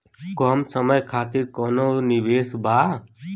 कम समय खातिर कौनो निवेश बा?